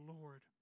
Lord